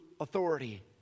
authority